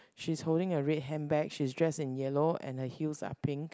she's holding a red hand bag she's dressed in yellow and her heels are pink